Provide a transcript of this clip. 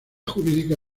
jurídica